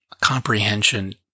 comprehension